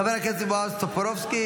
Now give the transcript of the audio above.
חבר הכנסת בועז טופורובסקי,